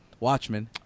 Watchmen